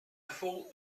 thought